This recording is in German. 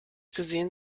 gesehen